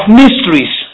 mysteries